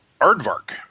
Aardvark